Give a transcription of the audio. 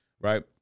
right